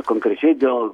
konkrečiai dėl